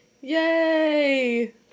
Yay